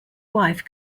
wife